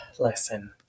Listen